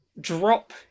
drop